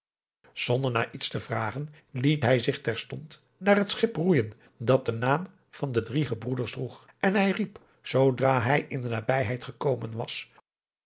zonder naar iets te vragen liet hij zich terstond naar het schip roeijen dat de naam van de drie gebroeders droeg en hij riep zoodra hij in de nabijheid gekomen was